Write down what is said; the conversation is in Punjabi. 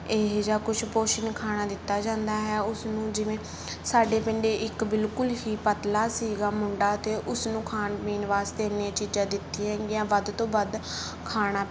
ਇਹ ਜਿਹਾ ਕੁਛ ਪੋਸ਼ਨ ਖਾਣਾ ਦਿੱਤਾ ਜਾਂਦਾ ਹੈ ਉਸ ਨੂੰ ਜਿਵੇਂ ਸਾਡੇ ਪਿੰਡ ਇੱਕ ਬਿਲਕੁਲ ਹੀ ਪਤਲਾ ਸੀਗਾ ਮੁੰਡਾ ਅਤੇ ਉਸਨੂੰ ਖਾਣ ਪੀਣ ਵਾਸਤੇ ਇੰਨੀਆ ਚੀਜ਼ਾਂ ਦਿੱਤੀਆਂ ਗਈਆਂ ਵੱਧ ਤੋਂ ਵੱਧ ਖਾਣਾ